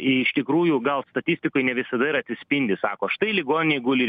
iš tikrųjų gal statistikoj ne visada ir atsispindi sako štai ligoniai guli